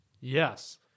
Yes